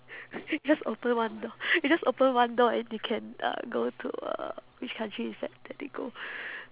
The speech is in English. just open one do~ you just open one door and you can uh go to uh which country you decided to go